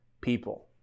people